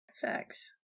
Facts